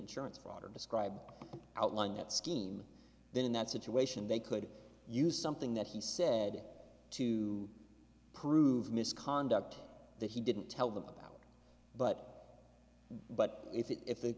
insurance fraud or describe outline that scheme then in that situation they could use something that he said to prove misconduct that he didn't tell them about but but if the